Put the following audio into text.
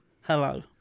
Hello